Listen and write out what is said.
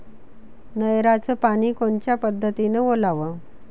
नयराचं पानी कोनच्या पद्धतीनं ओलाव?